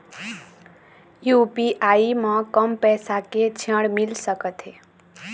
UPI म कम पैसा के ऋण मिल सकथे?